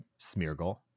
Smeargle